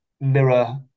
mirror